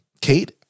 Kate